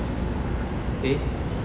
eh